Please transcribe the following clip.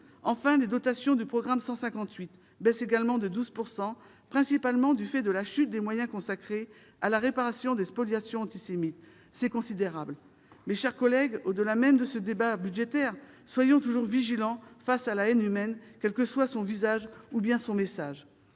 Enfin, les dotations du programme 158 baissent également de 12 %, principalement du fait de la chute des moyens consacrés à la réparation des spoliations antisémites. C'est considérable. Mes chers collègues, au-delà même de ce débat budgétaire, soyons toujours vigilants face à la haine humaine, quel que soit son visage ou son message.